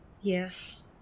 Yes